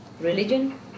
Religion